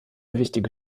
wichtige